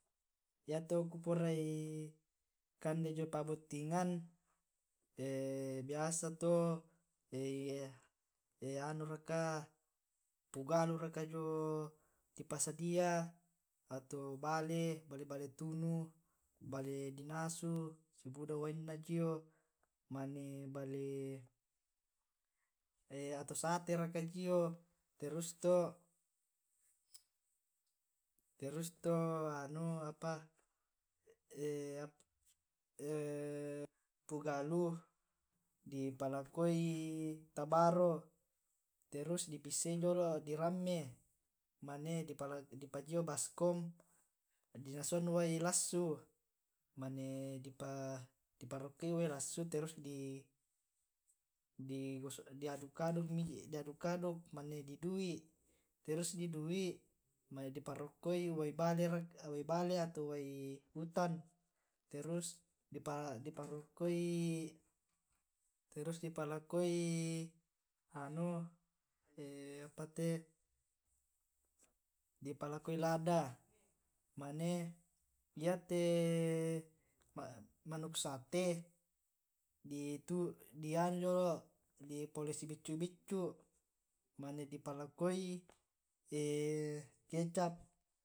Ya tu ku purai kande jio pa'bottingan biasa to anu raka pugalu raka jio di pasadia, yato bale, bale bale tunu, bale di nasu si buda wainna jio, mane bale atau sate raka jio terus to anu apa pugalu di palako tabaro terus di bissai jolo' di ramme mana di pajio baskom, di nasuang wai lassu mane di parokkoi wai lassu terus di aduk aduk mane di dui' terus di dui' mane di parokkoi wai bale raka, wai bale ato wai utan diparoppoi wae bale atau wae rutan. rus diparoppoi terus di parakkoi anu. terus di parokkoi apate di palakoi lada mane yate manuk sate di anu jolo di polio si beccu beccu mane di palkoi kecap.